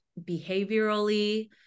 behaviorally